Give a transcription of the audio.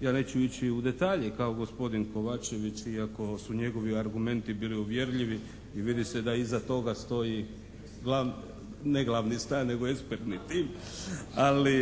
Ja neću ići u detalje kao gospodin Kovačević iako su njegovi argumenti bili uvjerljivi i vidi se da iza toga stoji glavni, ne glavni stan nego ekspertni tim ali